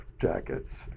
jackets